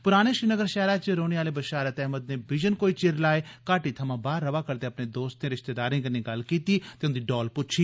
पराने श्रीनगर षैह्रा च रौह्ने आले बषारत अहमद नै बिजन कोई चिर लाए घाटी थमां बाह्र रवा करदे अपने दोस्तें रिष्तेदारें कन्नै गल्ल कीती ते उन्दी डौल पुच्छी